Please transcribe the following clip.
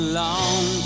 long